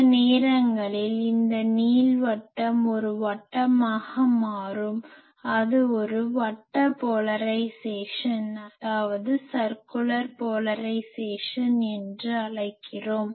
சில நேரங்களில் இந்த நீள்வட்டம் ஒரு வட்டமாக மாறும் அது ஒரு வட்ட போலரைஸேசன் என்று அழைக்கிறோம்